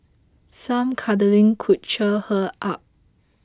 some cuddling could cheer her up